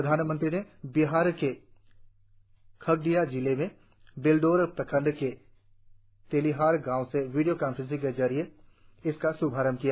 प्रधानमंत्री ने बिहार के खगड़िया जिले में बेलदौर प्रखंड के तेलिहार गांव से वीडियो कॉफ्रेंसिंग के माध्यम से इसका श्भारभ किया